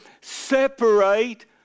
separate